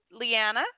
Leanna